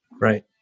Right